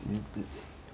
mm